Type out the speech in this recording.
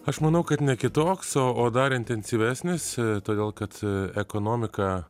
aš manau kad ne kitoks o o dar intensyvesnis todėl kad ekonomika